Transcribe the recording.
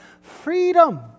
freedom